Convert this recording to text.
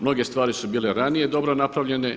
Mnoge stvari su bile ranije dobro napravljene.